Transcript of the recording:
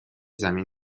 زمین